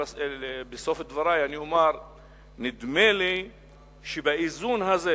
בסוף דברי אומר שנדמה לי שבאיזון הזה